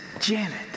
Janet